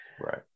right